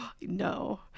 No